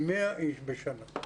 100 איש בשנה.